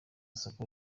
soko